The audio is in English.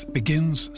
begins